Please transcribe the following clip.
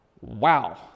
Wow